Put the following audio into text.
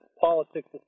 politics